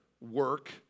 work